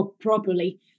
properly